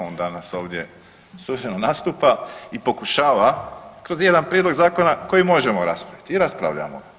On danas ovdje … nastupa i pokušava kroz jedan prijedlog zakona koji možemo raspraviti i raspravljamo.